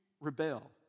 rebel